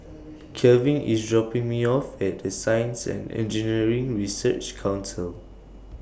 Kelvin IS dropping Me off At The Science and Engineering Research Council